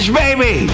baby